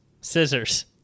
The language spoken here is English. Scissors